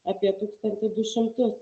apie tūkstantį du šimtus